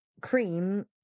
Cream